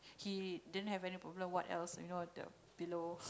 he didn't have any problem what else you know below